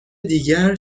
دیگر